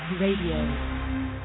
Radio